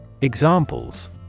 Examples